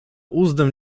uzdę